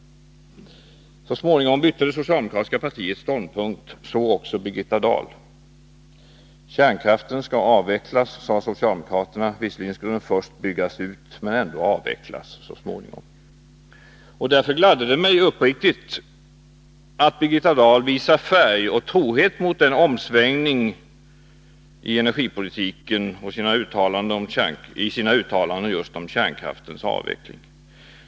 Så småningom bytte socialdemokratiska partiet ståndpunkt, så också Birgitta Dahl. Kärnkraften skall avvecklas, sade socialdemokraterna. Visserligen skulle den först byggas ut, men den skulle ändå avvecklas så småningom. Därför gladde det mig uppriktigt att Birgitta Dahl visar färg och trohet mot den omsvängningen i energipolitiken i sina uttalanden just om kärnkraftens avveckling.